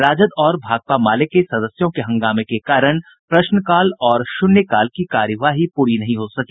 राजद और भाकपा माले के सदस्यों के हंगामे के कारण प्रश्नकाल और शून्यकाल की कार्यवाही पूरी नहीं हो सकी